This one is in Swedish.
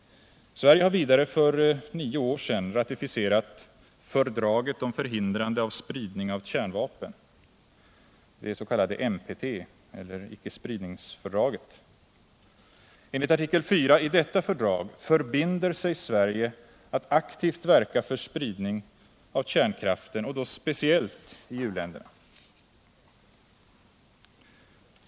Sverige har vidare för nio år sedan ratificerat ”fördraget om förhindrande av spridning av kärnvapen — det s.k. NPT eller icke-spridningsfördraget. Enligt artikel 4 i detta fördrag förbinder sig Sverige att aktivt verka för spridning av kärnkraften och då speciellt i u-länderna.